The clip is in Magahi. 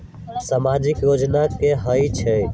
समाजिक योजना की होई छई?